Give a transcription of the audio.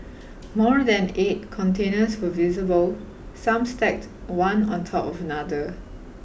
more than eight containers were visible some stacked one on top of another